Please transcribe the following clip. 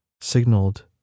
signaled